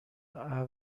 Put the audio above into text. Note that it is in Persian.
ابر